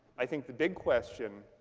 i think the big question